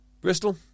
Bristol